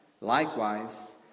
likewise